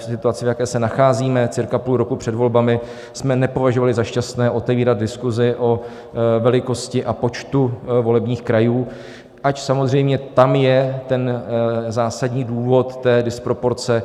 V situaci, v jaké se nacházíme cca půl roku před volbami, jsme nepovažovali za šťastné otevírat diskusi o velikosti a počtu volebních krajů, ač samozřejmě tam je ten zásadní důvod té disproporce.